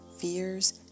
fears